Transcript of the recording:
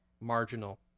marginal